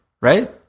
right